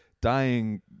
dying